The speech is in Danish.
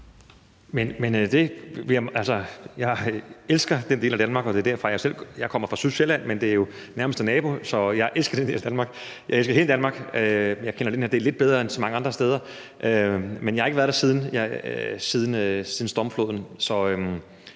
Jeg elsker den del af Danmark, og jeg kommer fra Sydsjælland, og det er jo nærmeste nabo, så jeg elsker den del af Danmark. Jeg elsker hele Danmark, men jeg kender den her del lidt bedre end så mange andre steder. Men jeg har ikke været der siden stormfloden,